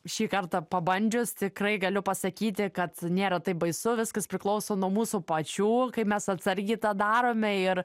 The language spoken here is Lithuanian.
šį kartą pabandžius tikrai galiu pasakyti kad nėra taip baisu viskas priklauso nuo mūsų pačių kaip mes atsargiai tą darome ir